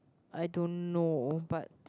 I don't know but